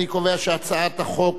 אני קובע שהצעת חוק